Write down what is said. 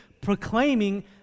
proclaiming